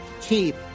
keep